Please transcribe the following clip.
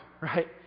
right